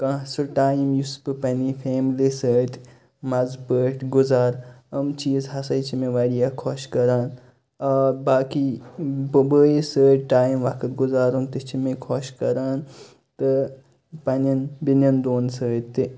کانٛہہ سُہ ٹایِم یُس بہٕ پنٛنہِ فیملی سۭتۍ مَزٕ پٲٹھۍ گُزار یِم چیٖز ہسا چھِ مےٚ واریاہ خۄش کران آ باقٕے بہٕ بٲیِس سۭتۍ ٹایِم وقت گُزارُن تہِ چھِ مےٚ خۄش کران تہٕ پَنٛنٮ۪ن بیٚنٮ۪ن دۄن سۭتۍ تہِ